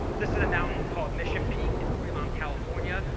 this is a mountain called mission peak in fremont, california,